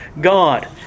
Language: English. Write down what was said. God